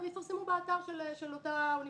גם יפרסמו באתר של אותה אוניברסיטה.